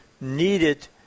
needed